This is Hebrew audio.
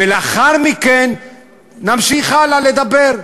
ולאחר מכן נמשיך הלאה לדבר,